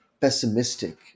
pessimistic